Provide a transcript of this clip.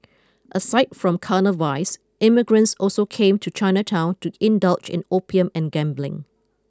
aside from carnal vice immigrants also came to Chinatown to indulge in opium and gambling